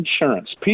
insurance